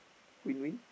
win win